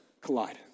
collide